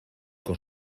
con